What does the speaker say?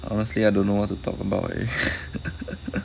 honestly I don't know what to talk about already